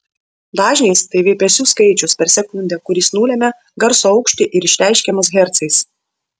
dažnis tai virpesių skaičius per sekundę kuris nulemia garso aukštį ir išreiškiamas hercais